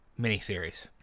miniseries